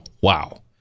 wow